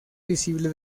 visible